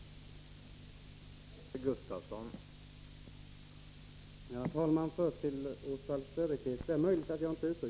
Tungmetaller i batterier